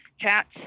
cats